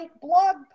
blog